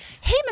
hey